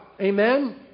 Amen